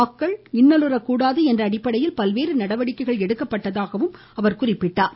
மக்கள் இன்னலுறக்கூடாது என்ற அடிப்படையில் பல்வேறு நடவடிக்கைகள் எடுக்கப்பட்டதாகவும் அவர் குறிப்பிட்டார்